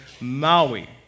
Maui